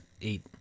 eight